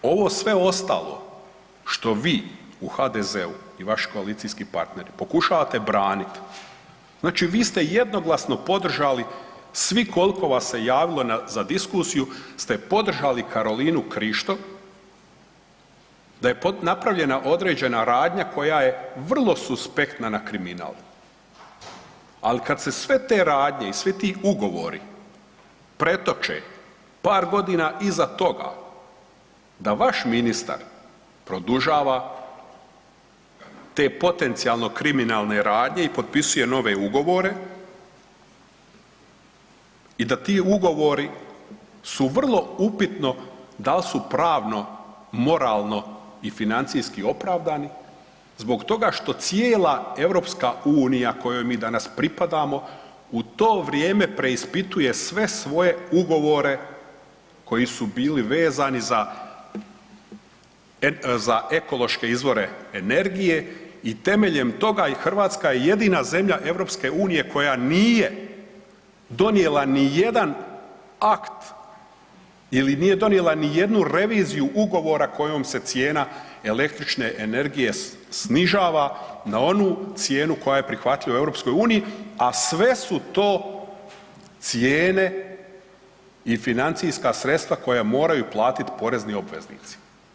Međutim, ovo sve ostalo što vi u HDZ-u i vaši koalicijski partneri pokušavate branit, znači vi ste jednoglasno podržali svi koliko se javilo na diskusiju ste podržali Karolinu Krišto da je napravljena određena radnja koja je vrlo suspektna na kriminal, ali kada se sve te radnje i ti ugovori pretoče par godina iza toga da vaš ministar produžava te potencijalno krimene radnje i potpisuje nove ugovore i da ti ugovori su vrlo upitno dal su pravno, moralno i financijski opravdani zbog toga što cijela EU kojoj mi danas pripadamo, u to vrijeme preispituje sve svoje ugovore koji su bili vezani za ekološke izvore energije i temeljem toga i Hrvatska je jedina zemlja EU koja nije donijela nijedan akt ili nije donijela nijednu reviziju ugovora kojom se cijena električne energije snižava na onu cijenu koja je prihvatljiva u EU, a sve su to cijene i financijska sredstva koja moraju platiti porezni obveznici.